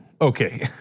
Okay